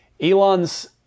Elon's